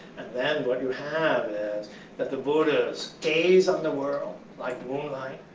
and then, what you have is that the buddha's gaze on the world, like moonlight,